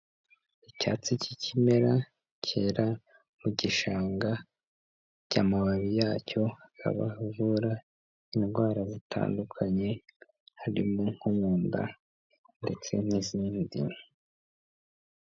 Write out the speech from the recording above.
Icyatsi cy'ikimera cyera mu gishanga cy'amababi yacyo akaba avura indwara zitandukanye harimo nko mwanda ndetse n'izindi.